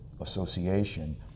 association